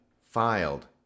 filed